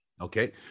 Okay